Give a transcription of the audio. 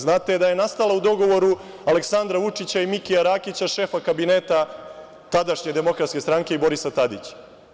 Znate da je nastala u dogovoru Aleksandra Vučića i Mikija Rakića, šefa kabineta tadašnje DS i Borisa Tadića.